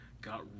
got